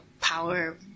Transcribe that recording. power